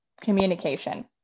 communication